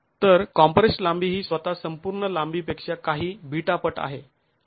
तर कॉम्प्रेस्ड लांबी ही स्वतः संपूर्ण लांबीपेक्षा काही β पट आहे